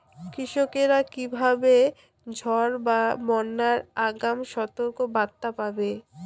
কৃষকেরা কীভাবে ঝড় বা বন্যার আগাম সতর্ক বার্তা পাবে?